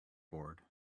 board